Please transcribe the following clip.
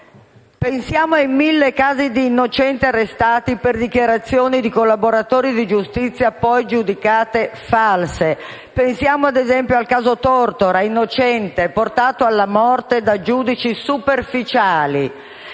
Pensiamo ai mille casi di innocenti arrestati per le dichiarazioni di collaboratori di giustizia poi giudicate false. Pensiamo, ad esempio, al caso Tortora, innocente, portato alla morte da giudici superficiali.